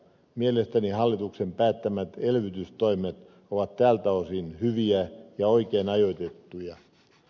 mielestäni hallituksen päättämät elvytystoimet ovat tältä osin hyviä ja oikein ajoitettuja